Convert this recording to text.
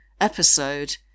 episode